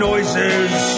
Noises